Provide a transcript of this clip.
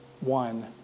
one